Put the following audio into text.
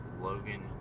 Logan